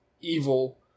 evil